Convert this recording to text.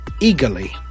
eagerly